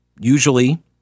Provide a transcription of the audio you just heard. usually